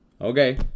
okay